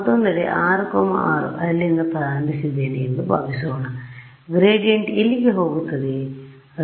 ಮತ್ತೊಂದೆಡೆ 66 ಇಲ್ಲಿಂದ ಪ್ರಾರಂಭಿಸಿದ್ದೇನೆ ಎಂದು ಭಾವಿಸೋಣ ಗ್ರೇಡಿಯೆಂಟ್ ಎಲ್ಲಿಗೆ ಹೋಗುತ್ತವೆ